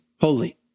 holy